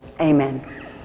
amen